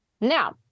now